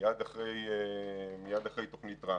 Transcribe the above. מיד אחרי תוכנית טראמפ